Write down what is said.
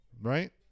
right